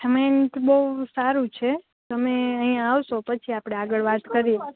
છમેન્ટ બહુ સારું છે તમે અઇયાં આવશો પછી આપણે આગળ વાત કરી